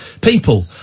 People